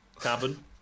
cabin